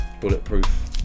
bulletproof